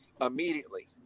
immediately